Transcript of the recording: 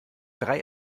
drei